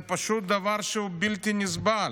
זה פשוט דבר שהוא בלתי נסבל.